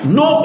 no